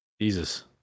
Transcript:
Jesus